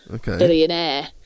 billionaire